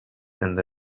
and